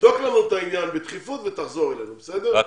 תבדוק לנו את העניין בדחיפות ותחזור אלינו, בסדר?